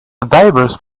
divers